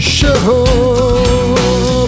Show